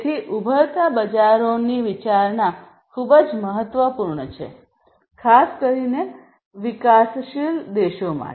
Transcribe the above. તેથી ઉભરતા બજારોની વિચારણા ખૂબ જ મહત્વપૂર્ણ છે ખાસ કરીને વિકાસશીલ દેશો માટે